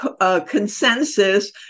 consensus